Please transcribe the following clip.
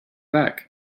back